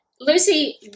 Lucy